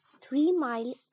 three-mile